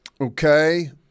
Okay